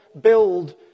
build